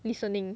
listening